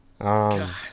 God